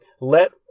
let